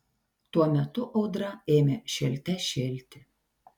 tuo metu audra ėmė šėlte šėlti